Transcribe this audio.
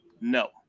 No